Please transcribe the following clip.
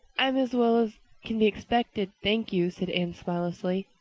i'm as well as can be expected, thank you, said anne smilelessly.